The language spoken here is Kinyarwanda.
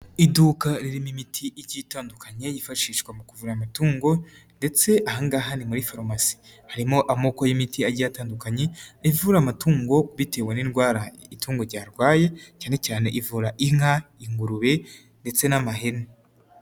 Iduka ririmo imiti igiye itandukanye yifashishwa mu kuvura amatungo ndetse aha ngaha ni muri farumasi harimo amoko y'imiti agiye atandukanye, ni ivura amatungo bitewe n'indwara itungo ryarwaye cyane cyane ivura inka, ingurube ndetse n'amahene.